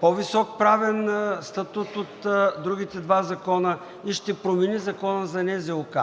по-висок правен статут от другите два закона и ще промени Закона за НЗОК.